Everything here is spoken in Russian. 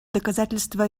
доказательство